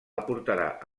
aportarà